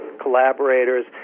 collaborators